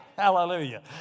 Hallelujah